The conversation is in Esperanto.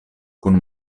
kun